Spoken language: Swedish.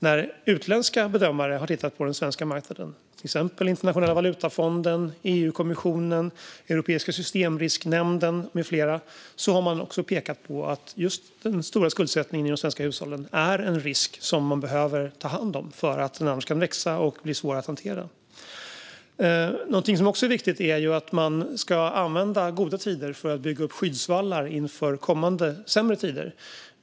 När utländska bedömare har tittat på den svenska marknaden, till exempel Internationella valutafonden, EU-kommissionen, Europeiska systemrisknämnden med flera, har även de pekat på att just den stora skuldsättningen i de svenska hushållen är en risk som man behöver ta hand om för att den annars kan växa och bli svår att hantera. Någonting som också är viktigt är att använda goda tider för att bygga upp skyddsvallar inför kommande sämre tider.